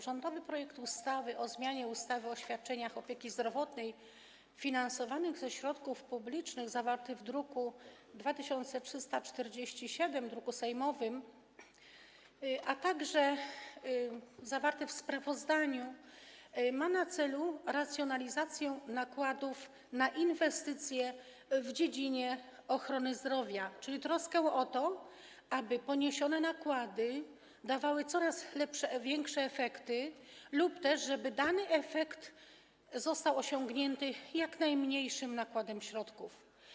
Rządowy projekt ustawy o zmianie ustawy o świadczeniach opieki zdrowotnej finansowanych ze środków publicznych, zawarty w druku sejmowym nr 2347, a także w sprawozdaniu, ma na celu racjonalizację nakładów na inwestycje w dziedzinie ochrony zdrowia w trosce o to, aby poniesione nakłady dawały coraz lepsze, większe efekty, lub też o to, żeby dany efekt został osiągnięty jak najmniejszym nakładem środków.